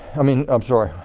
i mean i'm sorry,